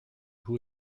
who